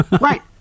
Right